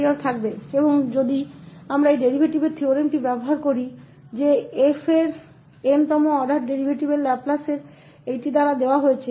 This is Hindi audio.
और यदि हम इस डेरीवेटिव प्रमेय का उपयोग करते हैं कि के वें 𝑛th क्रम 𝑓 डेरीवेटिव का लाप्लास इस द्वारा दिया गया है